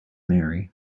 mary